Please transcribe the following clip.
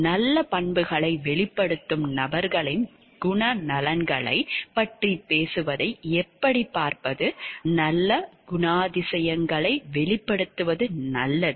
நல்ல பண்புகளை வெளிப்படுத்தும் நபர்களின் குணநலன்களைப் பற்றி பேசுவதை எப்படிப் பார்ப்பது நல்ல குணாதிசயங்களை வெளிப்படுத்துவது நல்லது